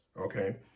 Okay